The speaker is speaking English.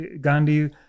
Gandhi